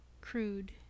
crude